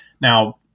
Now